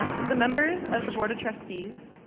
to the members of the board of trustees,